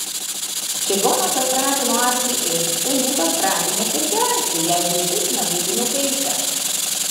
čigonas atpratino arklį ėsti būtų atpratinęs ir gerti jeigu šis nebūtų nugaišęs